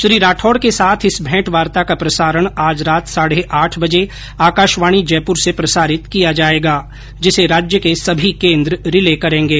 श्री राठौड के साथ इस भेंट वार्ता का प्रसारण आज रात साढे आठ बजे आकाशवाणी जयपुर से प्रसारित किया जायेगा जिसे राज्य के सभी केन्द्र रिले करेंगे